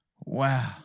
Wow